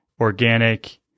organic